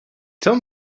tell